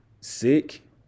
Sick